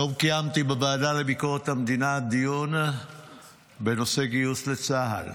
היום קיימתי בוועדה לביקורת המדינה דיון בנושא גיוס לצה"ל.